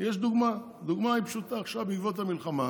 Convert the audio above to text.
יש דוגמה, הדוגמה היא פשוטה: עכשיו בעקבות המלחמה